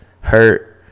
hurt